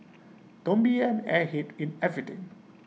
don't be an airhead in everything